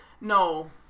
No